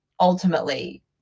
ultimately